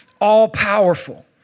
all-powerful